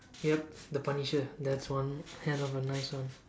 yup the punisher that's one hell of a nice one